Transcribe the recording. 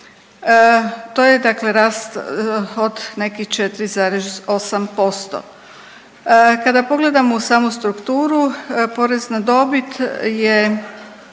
To je dakle rast od nekih 4,8%. Kada pogledamo u samu strukturu porez na dobit je